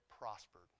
prospered